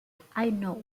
know